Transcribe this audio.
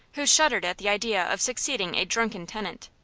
who shuddered at the idea of succeeding a drunken tenant.